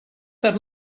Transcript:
per